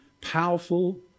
powerful